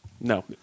No